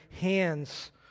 hands